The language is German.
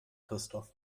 christoph